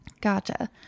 Gotcha